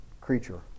creature